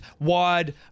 wide